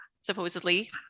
supposedly